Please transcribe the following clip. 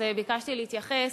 אז ביקשתי להתייחס.